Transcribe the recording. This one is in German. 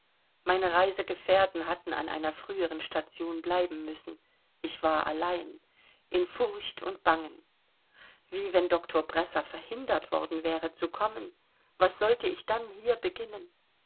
meine reisegefährten hatten an einer früheren station bleiben müssen ich war allein in furcht und bangen wie wenn doktor bresser verhindert worden wäre zu kommen was sollte ich dann hier beginnen